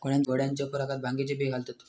घोड्यांच्या खुराकात भांगेचे बियो घालतत